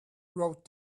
wrote